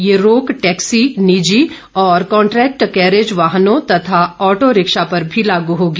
यह रोक टैक्सी निजी और कांट्रैक्ट कैरेज वाहनों तथा ऑटो रिक्शा पर भी लागू होगी